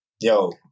yo